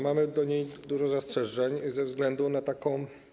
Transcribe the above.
Mamy co do niej dużo zastrzeżeń ze względu na taką.